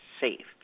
safe